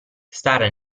stare